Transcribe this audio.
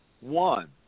one